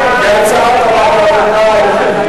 אין נמנעים.